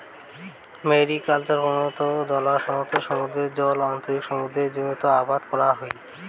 ম্যারিকালচারত কুনো কৃত্রিম জলাশয়ত সমুদ্রর জল আনিয়া সমুদ্রর জীবজন্তু আবাদ করাং হই